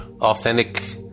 authentic